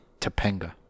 Topanga